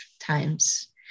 times